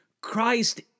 Christ